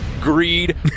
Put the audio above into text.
greed